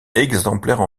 exemplaires